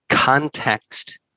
Context